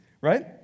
right